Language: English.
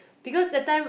because that time